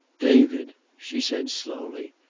david, she said slowly,